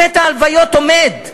בית-ההלוויות עומד.